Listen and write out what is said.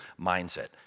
mindset